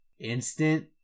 instant